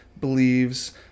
believes